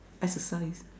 exercise